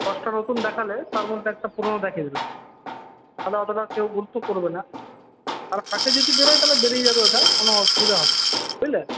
দশটা নতুন দেখালে তার মধ্যে একটা পুরোনো দেখিয়ে দেবে তাহলে অতটা কেউ গুরুত্ব করবে না তার ফাঁকে যদি বেরোয় তাহলে বেরিয়ে যাবে ওটা কোনও অসুবিধা হবে না বুঝলে